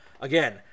again